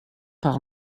par